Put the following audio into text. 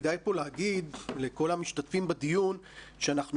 כדאי פה להגיד לכל המשתתפים בדיון שאנחנו